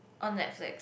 on Netflix